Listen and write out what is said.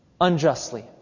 unjustly